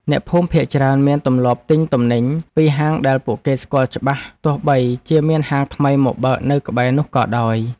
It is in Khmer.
អ្នកភូមិភាគច្រើនមានទម្លាប់ទិញទំនិញពីហាងដែលពួកគេស្គាល់ច្បាស់ទោះបីជាមានហាងថ្មីមកបើកនៅក្បែរនោះក៏ដោយ។